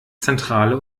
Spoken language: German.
zentrale